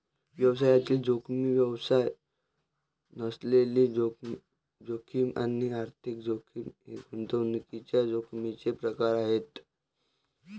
व्यवसायातील जोखीम, व्यवसाय नसलेली जोखीम आणि आर्थिक जोखीम हे गुंतवणुकीच्या जोखमीचे प्रकार आहेत